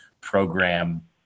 program